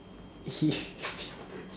he